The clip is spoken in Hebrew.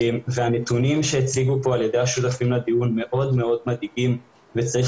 הנתונים שהוצגו כאן על ידי השותפים לדיון מאוד מאוד מדאיגים וצריך